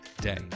day